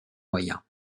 moyens